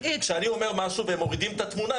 כשאני אומר משהו והם מורידים את התמונה,